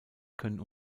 können